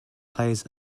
plays